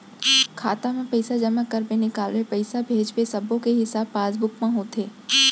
खाता म पइसा जमा करबे, निकालबे, पइसा भेजबे सब्बो के हिसाब पासबुक म होथे